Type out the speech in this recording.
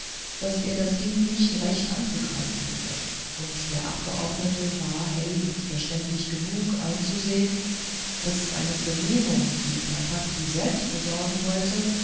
daß er das ding nicht recht anzugreifen wisse und der abgeordnete war hell und verständig genug einzusehen daß eine vernehmung die knarrpanti selbst besorgen wollte